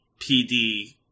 PD